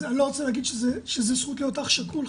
אני לא רוצה להגיד שזו זכות להיות אח שכול,